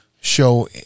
show